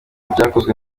byakozwe